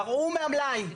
גרעו מהמלאי,